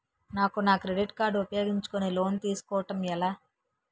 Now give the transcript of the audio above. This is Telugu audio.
నాకు నా క్రెడిట్ కార్డ్ ఉపయోగించుకుని లోన్ తిస్కోడం ఎలా?